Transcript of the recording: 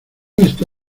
está